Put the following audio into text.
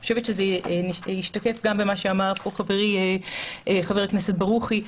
אני חושבת שזה השתקף גם במה שאמר פה חברי חבר הכנסת ברוכי.